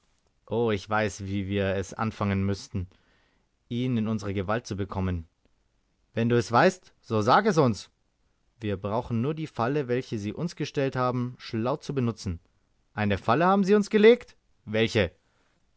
o ich weiß wie wir es anfangen müssen ihn in unsere gewalt zu bekommen wenn du es weißt so sage es uns wir brauchen nur die falle welche sie uns gestellt haben schlau zu benutzen eine falle haben sie uns gelegt welche